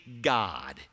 God